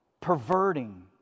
perverting